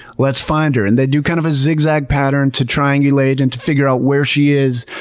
let's find her. and they do kind of a zig-zag pattern to triangulate and to figure out where she is.